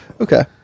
Okay